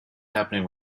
happening